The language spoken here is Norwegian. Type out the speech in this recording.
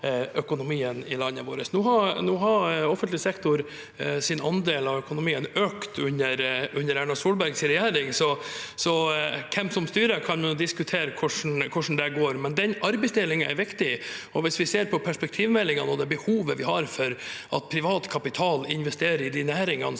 i landet vårt. Offentlig sektors andel av økonomien økte under Erna Solbergs regjering, så ut fra hvem som styrer, kan man jo diskutere hvordan det går, men den arbeidsdelingen er viktig. Hvis vi ser på perspektivmeldingen og det behovet vi har for at privat kapital investerer i de næringene vi